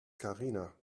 karina